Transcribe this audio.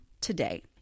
today